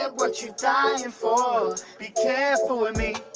and what you dyin' for be careful with me